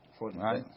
Right